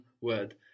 word